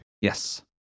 Yes